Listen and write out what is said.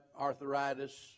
arthritis